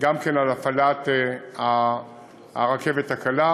על הפעלת הרכבת הקלה.